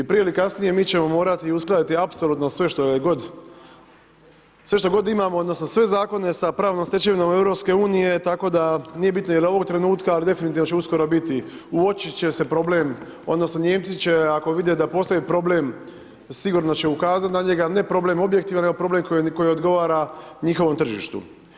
I prije ili kasnije, mi ćemo morati uskladiti apsolutno sve što je god, sve što god imamo, odnosno sve Zakone sa pravnom stečevinom Europske unije, tako da nije bitno je li ovog trenutka, al' definitivno će uskoro biti, uočit će se problem, odnosno Nijemci će ako vide da postoji problem, sigurno će ukazat na njega, ne problem objektivan, nego problem koji, koji odgovara njihovom tržištu.